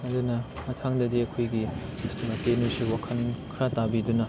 ꯑꯗꯨꯅ ꯃꯊꯪꯗꯗꯤ ꯑꯩꯈꯣꯏꯒꯤ ꯀꯁꯇꯃꯔ ꯀꯦꯌꯔꯅꯁꯨ ꯋꯥꯈꯜ ꯈꯔ ꯇꯥꯕꯤꯗꯨꯅ